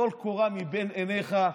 טול קורה מבין עיניך,